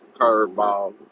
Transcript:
curveball